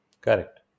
Correct